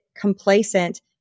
complacent